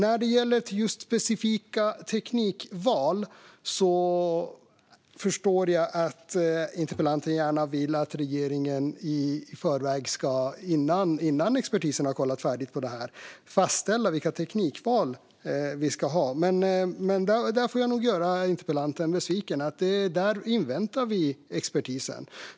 Vad jag förstår vill interpellanten gärna att regeringen i förväg ska fastställa specifika teknikval redan innan expertisen har tittat färdigt på detta. Där får jag nog göra interpellanten besviken. Vi kommer att invänta expertisen.